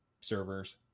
servers